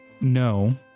no